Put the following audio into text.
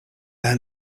their